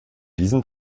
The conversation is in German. diesem